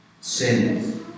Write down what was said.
sin